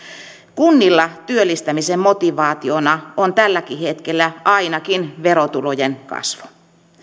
kunnilla työllistämisen motivaationa on tälläkin hetkellä ainakin verotulojen kasvu